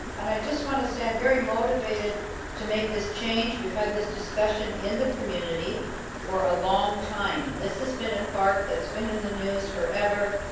and i just want to say i'm very motivated to make this change. we've had this discussion in the community for a long time. this has been a park that's been in the news forever.